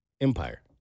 empire